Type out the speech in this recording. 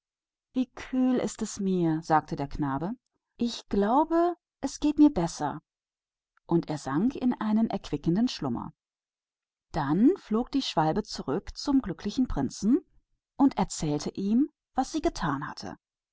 wie kühl mir ist sagte der knabe ich glaube es wird mir besser und er sank in einen köstlichen schlaf darauf flog der schwälberich zurück zu dem glücklichen prinzen und erzählte ihm was er getan hatte